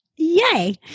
Yay